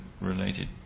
related